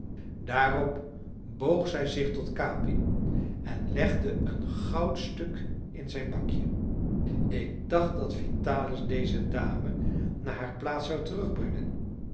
daarop boog zij zich tot capi en legde een goudstuk in zijn bakje ik dacht dat vitalis deze dame naar haar plaats zou